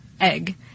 egg